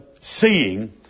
Seeing